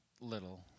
little